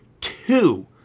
two